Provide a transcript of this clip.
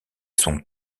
son